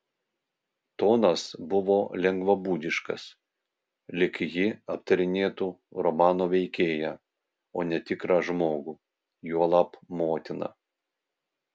tonas buvo lengvabūdiškas lyg ji aptarinėtų romano veikėją o ne tikrą žmogų juolab motiną